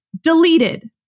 deleted